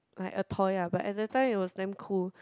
like a toy ah but at that time it was damn cool